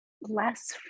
less